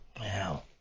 Wow